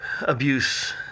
abuse